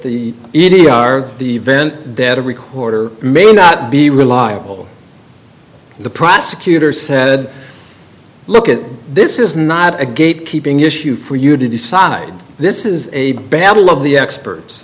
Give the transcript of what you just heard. are the event dead a recorder may not be reliable the prosecutor said look at this is not a gate keeping issue for you to decide this is a battle of the experts